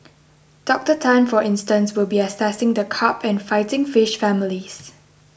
Doctor Tan for instance will be assessing the carp and fighting fish families